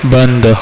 बंद